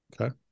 Okay